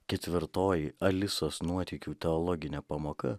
ketvirtoji alisos nuotykių teologinė pamoka